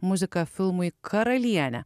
muziką filmui karalienė